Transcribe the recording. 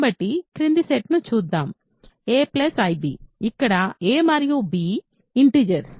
కాబట్టి కింది సెట్ను చూద్దాం a ib ఇక్కడ a మరియు b ఇంటిజర్స్